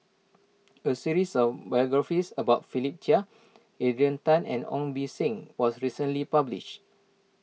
a series of biographies about Philip Chia Adrian Tan and Ong Beng Seng was recently published